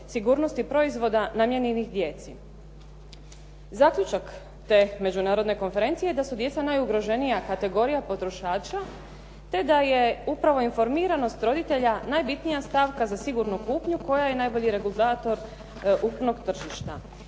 sigurnosti proizvoda namijenjenih djeci. Zaključak te međunarodne konferencije je da su djeca najugroženija kategorija potrošača te da je upravo informiranost roditelja najbitnija stavka za sigurnu kupnju koja je najbolji regulator ukupnog tržišta.